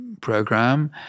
program